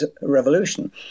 Revolution